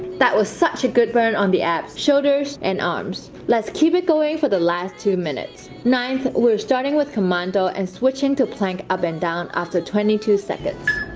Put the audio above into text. that was such a good burn on the abs shoulders and arms, let's keep it going for the last two minutes nine we're starting with commando and switching to plank up and down after twenty two seconds